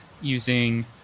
using